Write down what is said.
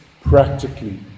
practically